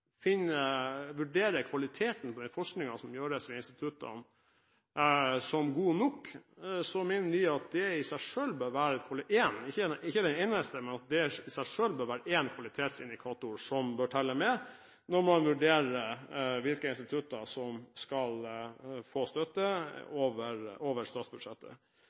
kvaliteten på forskningen som gjøres ved instituttene, som god nok, bør det i seg selv være én kvalitetsindikator som bør telle med når man vurderer hvilke institutter som skal få støtte over statsbudsjettet. Jeg fant grunn til å kommentere representanten Gjelseths innlegg, men jeg er helt enig med